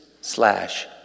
slash